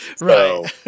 Right